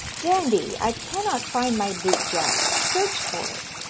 dandie, i cannot find my bootjack search for it